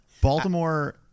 Baltimore